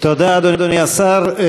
תודה, אדוני השר.